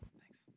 Thanks